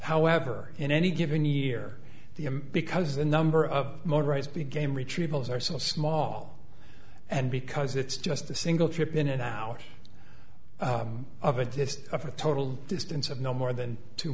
however in any given year the because the number of motorized became retrievals are so small and because it's just a single trip in and out of it just a total distance of no more than two